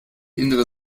innere